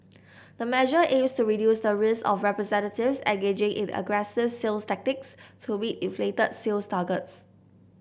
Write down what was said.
the measure aims to reduce the risk of representatives engaging in aggressive sales tactics to meet inflated sales targets